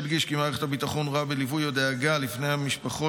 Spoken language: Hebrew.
אדגיש כי מערכת הביטחון רואה בליווי ודאגה לבני המשפחות